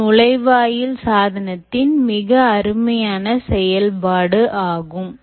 இது நுழைவாயில் சாதனத்தின் மிக அருமையான செயல்பாடு ஆகும்